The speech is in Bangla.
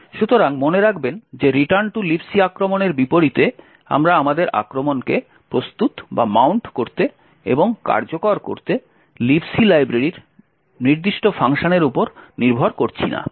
সুতরাং মনে রাখবেন যে রিটার্ন টু লিব সি আক্রমণের বিপরীতে আমরা আমাদের আক্রমণকে প্রস্তুত করতে এবং কার্যকর করতে Libc লাইব্রেরির নির্দিষ্ট ফাংশনের উপর নির্ভর করছি না